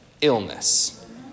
illness